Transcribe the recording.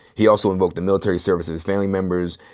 he also invoked the military services family members.